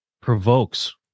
Provokes